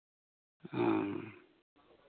ᱚ